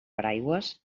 paraigües